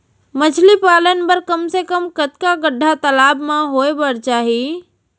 मछली पालन बर कम से कम कतका गड्डा तालाब म होये बर चाही?